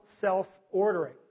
self-ordering